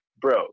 bro